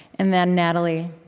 and then, natalie,